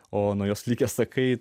o nuo jos likę sakai